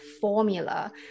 formula